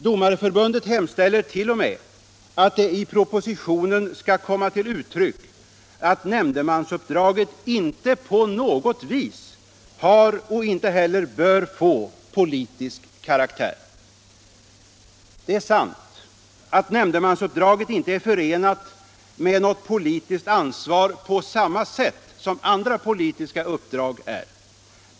Domareförbundet hemställde t.o.m. att det i propositionen skulle komma till uttryck att nämndemansuppdraget inte på något vis har och inte heller bör få politisk karaktär. Det är sant att nämndemansuppdraget inte är förenat med något politiskt ansvar på samma sätt som andra politiska uppdrag är.